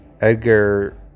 Edgar